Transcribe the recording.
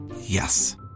Yes